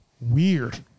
weird